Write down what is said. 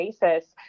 basis